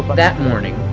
but that morning,